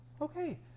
Okay